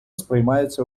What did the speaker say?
сприймається